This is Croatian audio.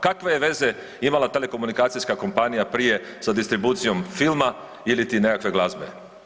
Kakve veze je imala telekomunikacijska kompanija prije sa distribucijom filma iliti nekakve glazbe.